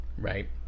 Right